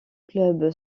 club